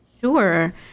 Sure